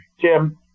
Jim